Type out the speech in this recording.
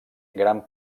gran